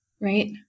right